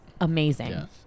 amazing